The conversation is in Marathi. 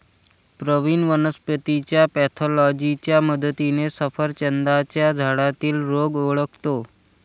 प्रवीण वनस्पतीच्या पॅथॉलॉजीच्या मदतीने सफरचंदाच्या झाडातील रोग ओळखतो